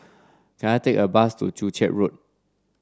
can I take a bus to Joo Chiat Road